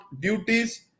duties